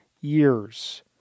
years